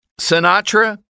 Sinatra